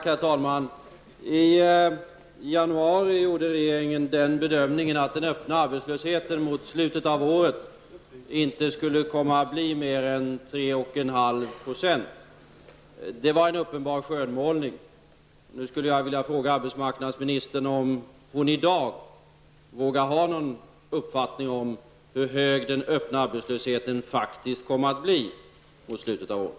Herr talman! I januari gjorde regeringen bedömningen att den öppna arbetslösheten mot slutet av året inte skulle komma att bli högre än 3,5 %. Det var en uppenbar skönmålning. Nu skulle jag vilja fråga arbetsmarknadsministern om hon i dag vågar ha någon uppfattning om hur hög den öppna arbetslösheten faktiskt kommer att bli mot slutet av året.